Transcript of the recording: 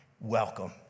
Welcome